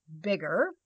bigger